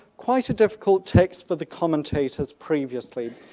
quite a difficult text for the commentators previously.